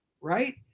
right